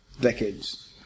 decades